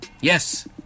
Yes